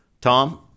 Tom